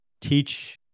teach